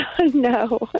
no